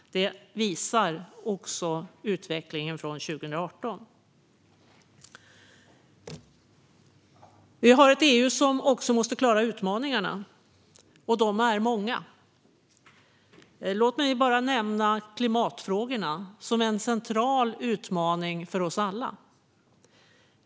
Det visar utvecklingen under 2018. Vi har ett EU som också måste klara utmaningarna, och de är många. Låt mig bara nämna klimatfrågorna, som är en central utmaning för oss alla.